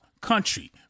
country